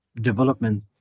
development